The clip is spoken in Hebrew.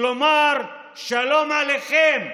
כלומר שלום עליכם.